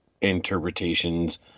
interpretations